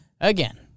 again